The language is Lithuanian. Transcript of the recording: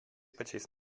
pačiais